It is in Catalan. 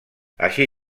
així